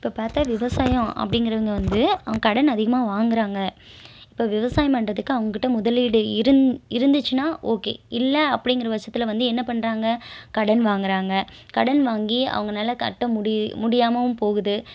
இப்போ பார்த்தா விவசாயம் அப்படிங்குறவங்கே வந்து அவங்க கடன் அதிகமாக வாங்குகிறாங்க இப்போ விவசாயம் பண்ணுறதுக்கு அவங்க கிட்ட முதலீடு இருந்துச்சுன்னா ஓகே இல்லை அப்படிங்குற பட்சத்தில் வந்து என்ன பண்ணுறாங்க கடன் வாங்குகிறாங்க கடன் வாங்கி அவங்கனால் கட்ட முடி முடியாமவும் போகுது